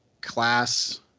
class